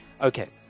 okay